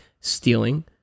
stealing